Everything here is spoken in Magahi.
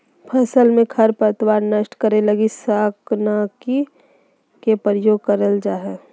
फसल में खरपतवार नष्ट करे लगी शाकनाशी के प्रयोग करल जा हइ